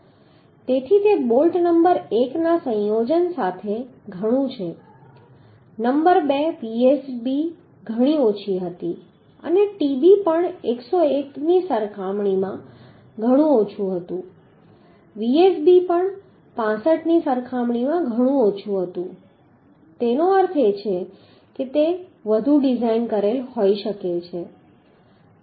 તેથી તે bolt number એકના આ સંયોજન સાથે ઘણું છે નંબર બે Vsb ઘણી ઓછી હતી અને Tb પણ 101 ની સરખામણીમાં ઘણું ઓછું હતું Vsb પણ 65 ની સરખામણીમાં ઘણું ઓછું હતું તેનો અર્થ એ કે તે વધુ ડિઝાઇન કરેલ હોઈ શકે છે